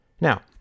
Now